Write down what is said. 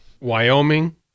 Wyoming